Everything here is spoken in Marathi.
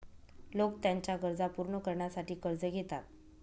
लोक त्यांच्या गरजा पूर्ण करण्यासाठी कर्ज घेतात